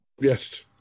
Yes